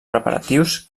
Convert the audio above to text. preparatius